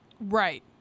Right